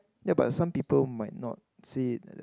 ya but some people might not see it